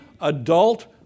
adult